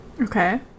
okay